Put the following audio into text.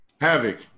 Havoc